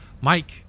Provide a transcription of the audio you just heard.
Mike